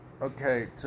okay